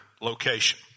location